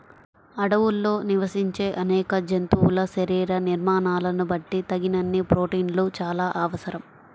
అడవుల్లో నివసించే అనేక జంతువుల శరీర నిర్మాణాలను బట్టి తగినన్ని ప్రోటీన్లు చాలా అవసరం